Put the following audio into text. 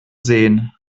sehen